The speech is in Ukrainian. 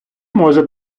може